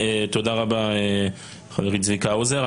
תודה רבה חברי צביקה האוזר.